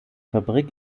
fabrik